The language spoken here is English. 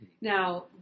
Now